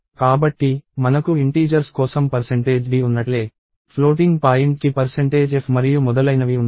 కాబట్టి మనకు ఇంటీజర్స్ కోసం d ఉన్నట్లే ఫ్లోటింగ్ పాయింట్కి f మరియు మొదలైనవి ఉంటాయి